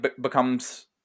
becomes